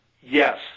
Yes